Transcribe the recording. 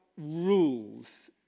rules